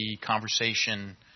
conversation